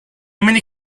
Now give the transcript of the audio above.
many